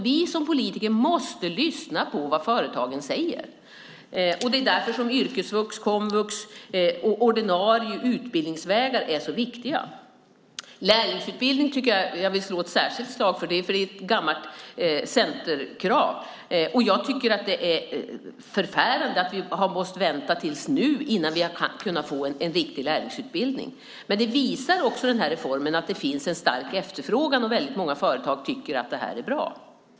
Vi som politiker måste lyssna på vad företagen säger. Det är därför som yrkesvux, komvux och ordinarie utbildningsvägar är så viktiga. Lärlingsutbildning vill jag slå ett särskilt slag för. Kravet på lärlingsutbildning är ett gammalt centerkrav. Jag tycker att det är förfärande att vi har måst vänta tills nu innan vi har kunnat få en riktig lärlingsutbildning. Men denna reform visar också att det finns en stark efterfrågan, och många företag tycker att detta är bra.